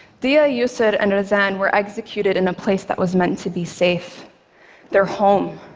deah, yusor and razan were executed in a place that was meant to be safe their home.